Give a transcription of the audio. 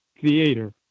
theater